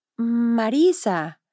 Marisa